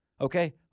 Okay